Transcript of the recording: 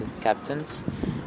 captains